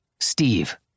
Steve